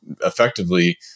effectively